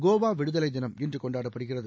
கோவா விடுதலை தினம் இன்று கொண்டாடப்படுகிறது